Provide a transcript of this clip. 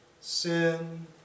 sin